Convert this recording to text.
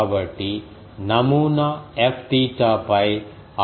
కాబట్టి నమూనా Fθ పై ఆధారపడి ఉంటుంది